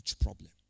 problem